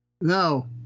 No